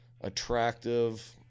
attractive